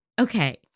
okay